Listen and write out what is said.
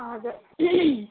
हजुर